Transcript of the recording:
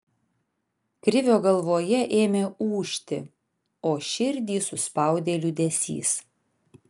krivio galvoje ėmė ūžti o širdį suspaudė liūdesys